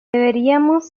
deberíamos